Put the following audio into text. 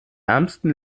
ärmsten